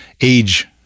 age